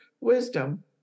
wisdom